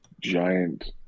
giant